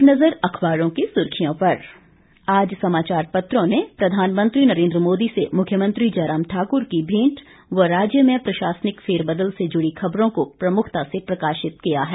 एक नज़र अखबारों की सुर्खियों पर आज समाचार पत्रों ने प्रधानमंत्री नरेंद्र मोदी से मुख्यमंत्री जयराम ठाकुर की भेंट व राज्य में प्रशासनिक फेरबदल से जुड़ी खबरों को प्रमुखता से प्रकाशित किया है